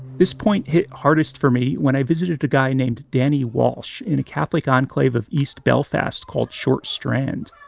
this point hit hardest for me when i visited a guy named danny walsh in a catholic enclave of east belfast called short strand.